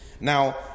Now